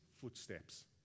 footsteps